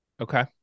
Okay